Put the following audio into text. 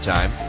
Time